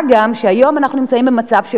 מה גם שהיום אנחנו נמצאים במצב שבו,